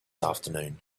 afternoon